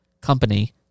company